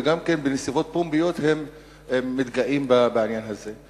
וגם בנסיבות פומביות הם מתגאים בעניין הזה.